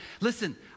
listen